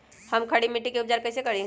हम खड़ी मिट्टी के उपचार कईसे करी?